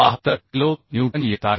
72 kilonewton येत आहे